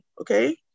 Okay